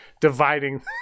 dividing